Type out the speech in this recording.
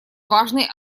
важный